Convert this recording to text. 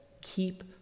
keep